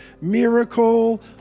miracle